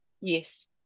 Yes